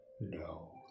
No